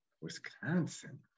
Wisconsin